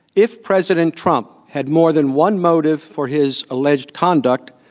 if president trump had more than one motive for his alleged conduct,